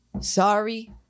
sorry